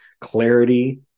Clarity